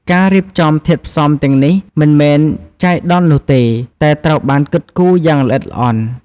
ការរៀបចំធាតុផ្សំទាំងនេះមិនមែនចៃដន្យនោះទេ តែត្រូវបានគិតគូរយ៉ាងល្អិតល្អន់។